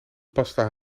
pasta